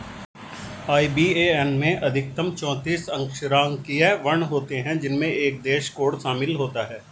IBAN में अधिकतम चौतीस अक्षरांकीय वर्ण होते हैं जिनमें एक देश कोड शामिल होता है